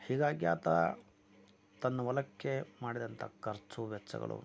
ಹೀಗಾಗಿ ಆತ ತನ್ನ ಹೊಲಕ್ಕೆ ಮಾಡಿದಂತ ಖರ್ಚು ವೆಚ್ಚಗಳು